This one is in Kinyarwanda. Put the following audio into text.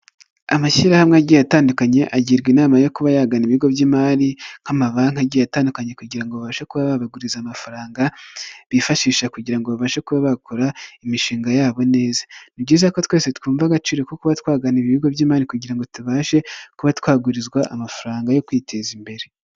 Amashyirahamwe agiye atandukanye agirwa inama yo kuba yagana ibigo by'imari; nk'amabanki atandukanye kugira ngo babashe kuba babaguriza amafaranga. Bifashisha kugira ngo babashe kuba bakora imishinga yabo neza. Ni byiza ko twese twumva agaciro ko kuba twagana ibi bigo by'imari kugira ngo tubashe kuba twagurizwa amafaranga yo kwiteza imbere.